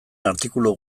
artikulu